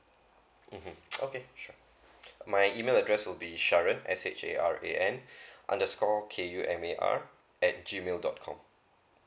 mmhmm okay sure my email address will be sharon S H A R A N underscore K U M A R at G mail dot com